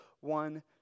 one